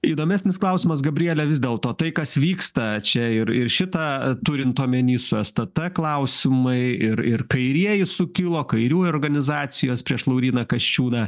įdomesnis klausimas gabriele vis dėlto tai kas vyksta čia ir šitą turint omenyje stt klausimai ir ir kairieji sukilo kairiųjų organizacijos prieš lauryną kasčiūną